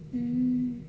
mm